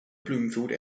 bloomfield